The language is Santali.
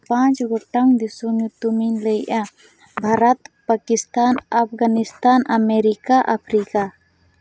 ᱯᱟᱸᱪ ᱜᱚᱴᱟᱝ ᱫᱤᱥᱚᱢ ᱧᱩᱛᱩᱢ ᱤᱧ ᱞᱟᱹᱭᱮᱫᱟ ᱵᱷᱟᱨᱚᱛ ᱯᱟᱠᱤᱥᱛᱟᱱ ᱟᱯᱷᱜᱟᱱᱤᱥᱛᱟᱱ ᱟᱢᱮᱨᱤᱠᱟ ᱟᱯᱷᱨᱤᱠᱟ